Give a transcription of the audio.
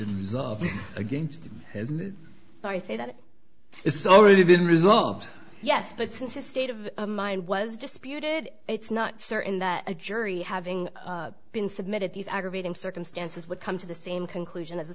resolved against but i think that it's already been resolved yes but since the state of mind was disputed it's not certain that a jury having been submitted these aggravating circumstances would come to the same conclusion as the